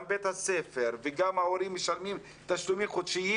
גם בית הספר וגם ההורים משלמים תשלומים חודשיים.